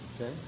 Okay